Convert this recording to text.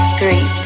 three